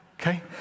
okay